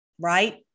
right